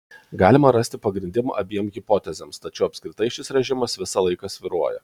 galima rasti pagrindimą abiem hipotezėms tačiau apskritai šis režimas visą laiką svyruoja